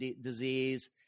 disease